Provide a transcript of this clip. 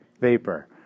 Vapor